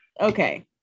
okay